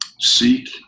seek